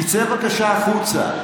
תצא בבקשה החוצה.